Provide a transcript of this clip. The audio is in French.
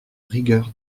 rigueur